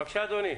בבקשה, אדוני.